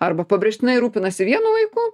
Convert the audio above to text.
arba pabrėžtinai rūpinasi vienu vaiku